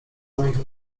moich